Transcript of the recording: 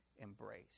embrace